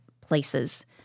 places